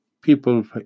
people